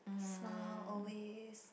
smile always